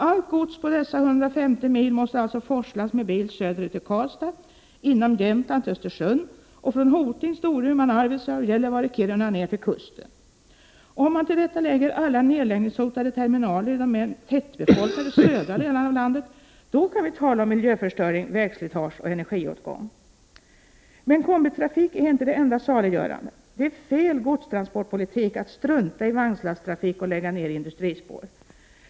Allt gods på dessa 150 mil måste alltså forslas med bil söderut till Karlstad, inom Jämtland till Östersund och från Hoting, Storuman, Arvidsjaur, Gällivare och Kiruna ned till kusten. Om man till detta lägger alla nedläggningshotade terminaler i de mer tätbefolkade södra delarna av landet, då kan vi tala om miljöförstöring, vägslitage och energiåtgång. Kombitrafik är emellertid inte det enda saliggörande. Det är fel godstransportpolitik att strunta i vagnslasttrafik och lägga ned industrispår.